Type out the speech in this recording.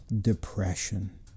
depression